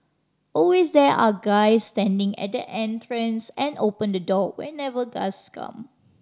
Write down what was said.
always there are guys standing at the entrance and open the door whenever guests come